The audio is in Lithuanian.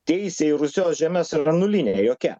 teisė į rusios žemes yra nulinė jokia